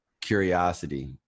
curiosity